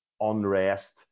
unrest